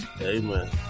Amen